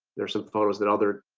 there are some photos that other,